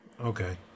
Okay